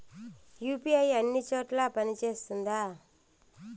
UPI అన్ని చోట్ల పని సేస్తుందా?